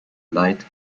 light